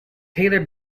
taylor